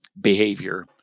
behavior